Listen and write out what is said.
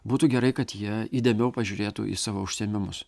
būtų gerai kad jie įdėmiau pažiūrėtų į savo užsiėmimus